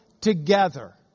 together